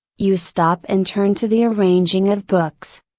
you stop and turn to the arranging of books.